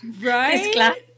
Right